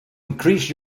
increase